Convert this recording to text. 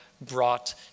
brought